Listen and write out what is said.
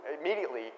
Immediately